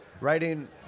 writing